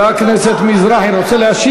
הקואליציה, לא תהיה בגללך.